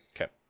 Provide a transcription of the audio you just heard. Okay